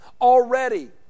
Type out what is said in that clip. already